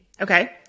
Okay